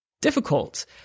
difficult